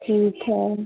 ठीक है